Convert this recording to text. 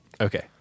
Okay